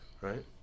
right